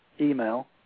email